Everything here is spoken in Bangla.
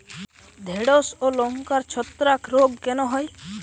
ঢ্যেড়স ও লঙ্কায় ছত্রাক রোগ কেন হয়?